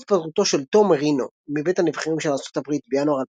התפטרותו של טום מרינו מבית הנבחרים של ארצות הברית בינואר 2019,